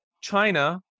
China